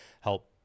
help